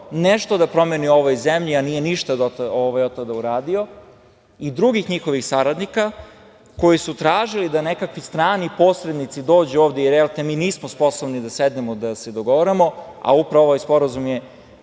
nešto da promeni u ovoj zemlji, a nije ništa od tada uradio, i drugih njihovih saradnika koji su tražili da nekakvi strani posrednici dođu ovde, jer mi nismo sposobni da sednemo da se dogovaramo, a upravo ovaj sporazum je